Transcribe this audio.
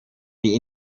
die